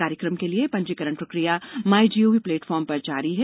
कार्यक्रम के लिए पंजीकरण प्रक्रिया माईजीओवी प्लेटफॉर्म पर जारी है